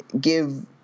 give